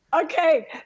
Okay